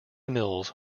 mills